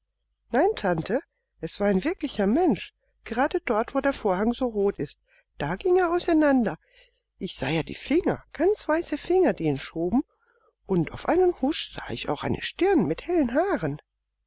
nein tante es war ein wirklicher mensch gerade dort wo der vorhang so rot ist da ging er auseinander ich sah ja die finger ganz weiße finger die ihn schoben und auf einen husch sah ich auch eine stirn mit hellen haaren